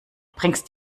bringst